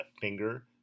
finger